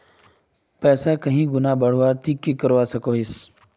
पैसा कहीं गुणा बढ़वार ती की करवा सकोहिस?